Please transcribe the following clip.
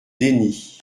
déni